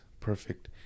perfect